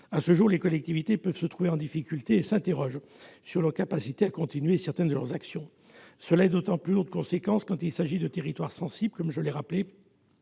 À ce jour, les collectivités peuvent se trouver en difficulté et s'interrogent sur leur capacité à poursuivre certaines de leurs actions. Cela est d'autant plus lourd de conséquences quand il s'agit de territoires sensibles, j'y insiste,